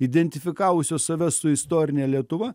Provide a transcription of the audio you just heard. identifikavusio save su istorine lietuva